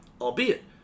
albeit